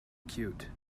cute